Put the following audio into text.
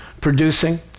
producing